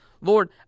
Lord